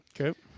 Okay